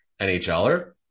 NHLer